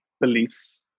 beliefs